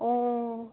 অ'